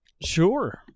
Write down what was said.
sure